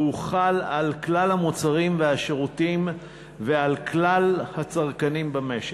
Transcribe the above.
והוא חל על כלל המוצרים והשירותים ועל כלל הצרכנים במשק.